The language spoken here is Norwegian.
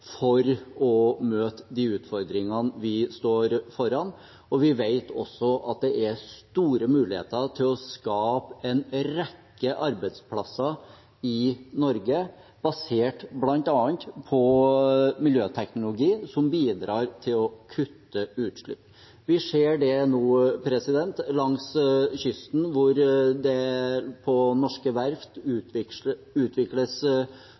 for å møte de utfordringene vi står foran. Vi vet også at det er store muligheter til å skape en rekke arbeidsplasser i Norge basert bl.a. på miljøteknologi som bidrar til å kutte utslipp. Vi ser det nå langs kysten, hvor det på norske verft utvikles